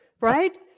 right